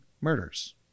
murders